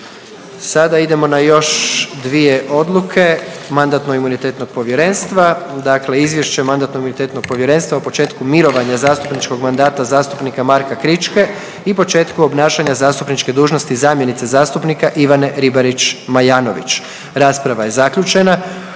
Sada idemo na još dvije odluke Mandatno-imunitetnog povjerenstva. Dakle izvješće Mandatno-imunitetnog povjerenstva o početku mirovanja zastupničkog mandata zastupnika Marka Kričke i početku obnašanja zastupničke dužnosti zamjenice zastupnice Ivane Ribarić Majanović. Rasprava je zaključena